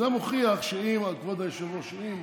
זה מוכיח, כבוד היושב-ראש, שאם